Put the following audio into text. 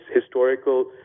historical